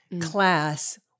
class